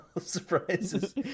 surprises